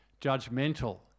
judgmental